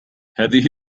هذه